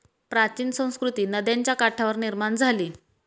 प्राचीन संस्कृती नद्यांच्या काठावर निर्माण झाली